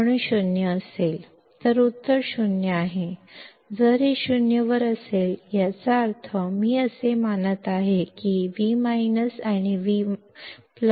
ಆದ್ದರಿಂದ ಉತ್ತರ 0 ಇದು 0 ರಲ್ಲಿದ್ದರೆ ಅಂದರೆ ವಿ V ಮತ್ತು ವಿ ಸಂಪರ್ಕಗೊಂಡಿವೆ ಎಂದು ನಾನು ಊಹಿಸುತ್ತಿದ್ದೇನೆ